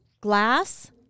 Glass